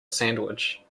sandwich